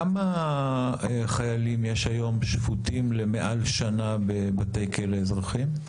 כמה חיילים היום שפוטים למעל שנה בבתי כלא אזרחיים?